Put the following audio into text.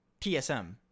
PSM